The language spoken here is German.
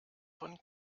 von